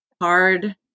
hard